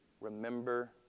Remember